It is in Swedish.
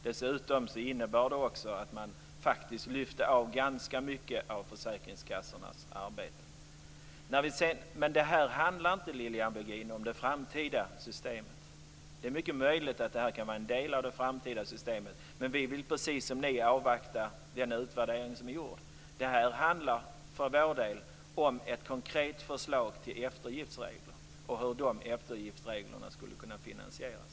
Dessutom innebar det också att man faktiskt lyfte bort ganska mycket av försäkringskassornas arbete. Men det här handlar inte, Lilian Virgin, om det framtida systemet. Det är mycket möjligt att det här kan vara en del av det framtida systemet, men vi vill precis som ni avvakta den utvärdering som är gjord. Det här handlar för vår del om ett konkret förslag till eftergiftsregler och om hur de eftergiftsreglerna skulle kunna finansieras.